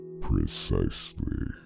Precisely